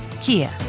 Kia